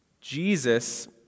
Jesus